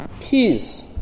Peace